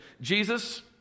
Jesus